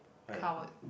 coward